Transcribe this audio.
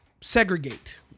segregate